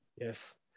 Yes